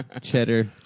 Cheddar